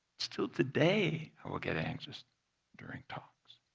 still today, i will get anxious during talks.